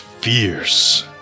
fierce